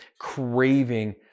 craving